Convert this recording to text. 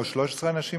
או 13 אנשים,